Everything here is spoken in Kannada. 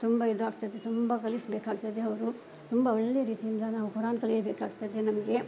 ತುಂಬ ಇದು ಆಗ್ತದೆ ತುಂಬ ಕಲಿಸಬೇಕಾಗ್ತದೆ ಅವರು ತುಂಬ ಒಳ್ಳೆ ರೀತಿಯಿಂದ ನಾವು ಕುರಾನ್ ಕಲಿಯಬೇಕಾಗ್ತದೆ ನಮಗೆ